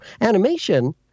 Animation